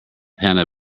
panda